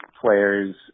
players